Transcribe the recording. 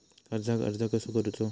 कर्जाक अर्ज कसो करूचो?